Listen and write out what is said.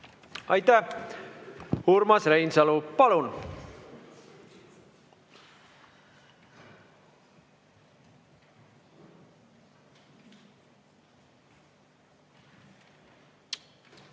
Aitäh! Urmas Reinsalu, palun!